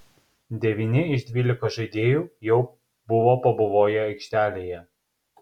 devyni iš dvylikos žaidėjų jau buvo pabuvoję aikštelėje